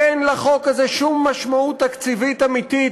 אין לחוק הזה שום משמעות תקציבית אמיתית,